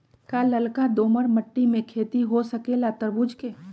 का लालका दोमर मिट्टी में खेती हो सकेला तरबूज के?